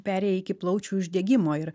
perėję iki plaučių uždegimo ir